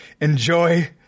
enjoy